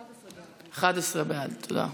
תודה.